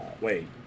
Wait